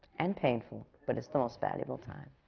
and painful, but it's the most valuable time,